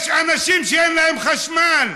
יש אנשים שאין להם חשמל,